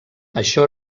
això